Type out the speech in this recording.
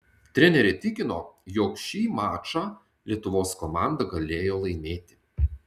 trenerė tikino jog šį mačą lietuvos komanda galėjo laimėti